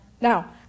Now